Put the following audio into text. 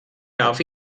darf